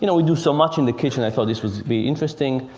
you know we do so much in the kitchen, i thought this would be interesting.